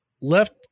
Left